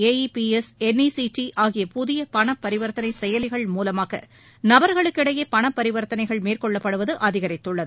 ஏ E P S N E T C ஆகிய புதிய பண பரிவர்த்தனை செயலிகள் மூலமாக நபர்களுக்கு இடையே பண பரிவர்த்தனைகள் மேற்கொள்ளப்படுவது அதிகரித்துள்ளது